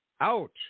out